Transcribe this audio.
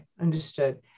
understood